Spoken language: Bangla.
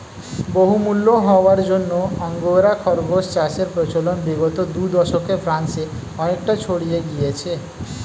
বহুমূল্য হওয়ার জন্য আঙ্গোরা খরগোশ চাষের প্রচলন বিগত দু দশকে ফ্রান্সে অনেকটা ছড়িয়ে গিয়েছে